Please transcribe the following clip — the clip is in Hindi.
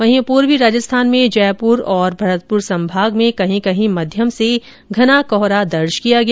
वहीं पूर्वी राजस्थान में जयपुर और भरतपुर संभाग में कहीं कहीं मध्यम से घना कोहरा दर्ज किया गया